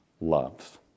loves